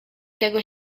tego